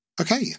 okay